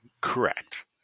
Correct